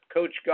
Coach